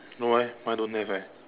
no eh mine don't have eh